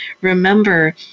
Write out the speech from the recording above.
remember